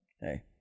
Hey